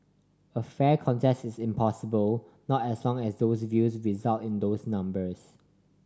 a fair contests is impossible not as long as those views result in those numbers